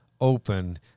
open